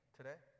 today